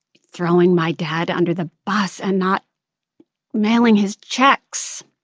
throwing my dad under the bus and not mailing his checks